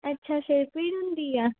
ਅੱਛਾ ਸਿਰ ਪੀੜ ਹੁੰਦੀ ਆ